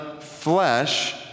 flesh